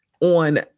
on